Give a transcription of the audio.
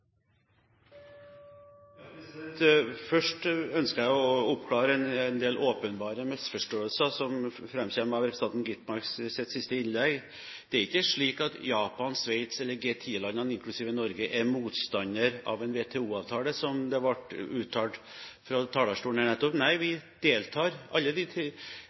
Først ønsker jeg å oppklare en del åpenbare misforståelser som framkommer i representanten Gitmarks siste innlegg. Det er ikke slik at Japan, Sveits eller G10-landene, inklusiv Norge, er motstandere av en WTO-avtale, som det nettopp ble uttalt fra talerstolen. Nei, alle disse landene deltar